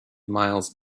miles